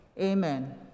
amen